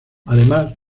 además